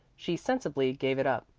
she sensibly gave it up.